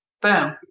boom